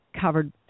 covered